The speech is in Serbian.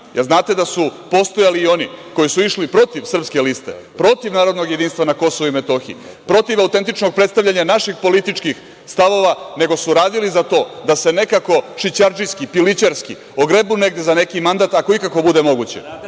li znate da su postojali i oni koji su išli protiv Srpske liste, protiv narodnog jedinstva na KiM, protiv autentičnog predstavljanja naših političkih stavova, nego su radili za to da se nekako, šićardžijski, pilićarski, ogrebu negde za neki mandat, ako ikako bude moguće,